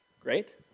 Great